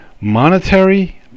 monetary